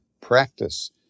Practice